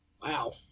Wow